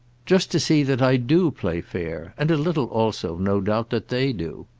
just to see that i do play fair and a little also, no doubt, that they do.